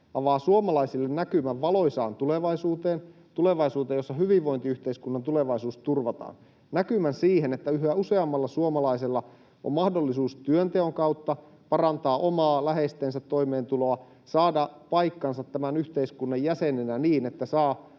avaa suomalaisille näkymän valoisaan tulevaisuuteen, tulevaisuuteen, jossa hyvinvointiyhteiskunnan tulevaisuus turvataan, näkymän siihen, että yhä useammalla suomalaisella on mahdollisuus työnteon kautta parantaa omaa ja läheistensä toimeentuloa, saada paikkansa tämän yhteiskunnan jäsenenä, niin että saa